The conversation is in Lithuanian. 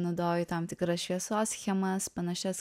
naudoju tam tikras šviesos schemas panašias